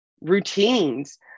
routines